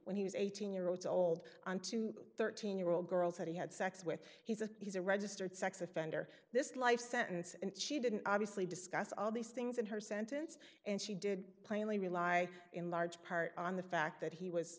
when he was eighteen year old on to thirteen year old girls that he had sex with he says he's a registered sex offender this life sentence and she didn't obviously discuss all these things in her sentence and she did plainly rely in large part on the fact that he was